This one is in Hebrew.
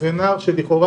אחרי נער שלכאורה,